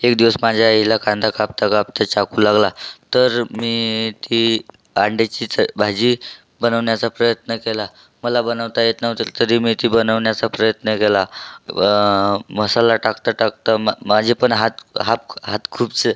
एक दिवस माझ्या आईला कांदा कापता कापता चाकू लागला तर मी ती अंड्याचीच भाजी बनवण्याचा प्रयत्न केला मला बनावता येत नव्हतं तरी मी ती बनवण्याचा प्रयत्न केला मसाला टाकता टाकता मा माझे पण हात हात हात खूपसे